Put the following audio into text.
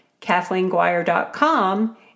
KathleenGuire.com